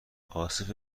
عاصف